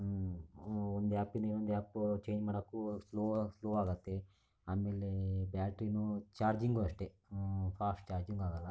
ಒಂದು ಆ್ಯಪಿಂದ ಇನ್ನೊಂದು ಆ್ಯಪ್ ಚೇಂಜ್ ಮಾಡೋಕು ಸ್ಲೋ ಸ್ಲೋ ಆಗುತ್ತೆ ಆಮೇಲೆ ಬ್ಯಾಟ್ರಿನು ಚಾರ್ಜಿಂಗೂ ಅಷ್ಟೇ ಫಾಸ್ಟ್ ಚಾರ್ಜಿಂಗ್ ಆಗಲ್ಲ